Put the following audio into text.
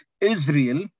Israel